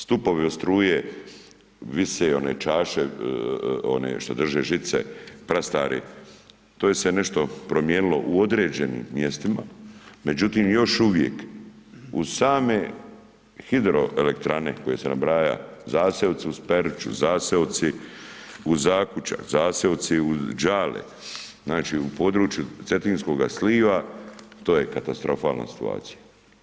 Stupovi od struje vise one čase, one što drže žice, prastare, to je se nešto promijenilo u određenim mjestima, međutim još uvijek uz same hidroelektrane koje sam nabrajao, zaseoci uz Peruču, zaseoci uz Zakučac, zaseoci uz Đale, znači u području cetinskoga sliva, to je katastrofalna situacija.